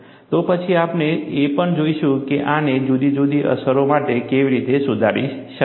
તો પછી આપણે એ પણ જોઈશું કે આને જુદી જુદી અસરો માટે કેવી રીતે સુધારી શકાય